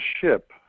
ship